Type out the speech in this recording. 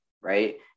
right